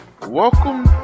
welcome